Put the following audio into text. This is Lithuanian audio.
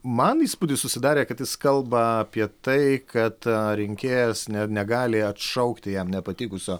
man įspūdis susidarė kad jis kalba apie tai kad rinkėjas ne negali atšaukti jam nepatikusio